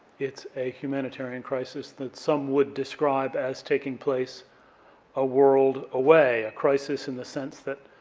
it's a humanitarian crisis that some would describe as taking place a world away, a crisis in the sense that,